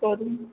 करून